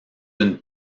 d’une